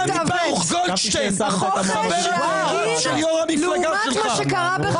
ברוך גולדשטיין, של יו"ר המפלגה שלך.